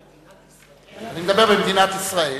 אני מדבר במדינת ישראל.